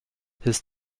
his